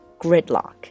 gridlock